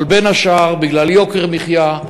אבל בין השאר בגלל יוקר מחיה,